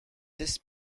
this